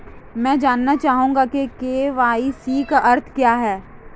मैं जानना चाहूंगा कि के.वाई.सी का अर्थ क्या है?